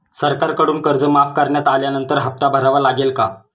सरकारकडून कर्ज माफ करण्यात आल्यानंतर हप्ता भरावा लागेल का?